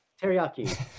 teriyaki